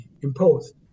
imposed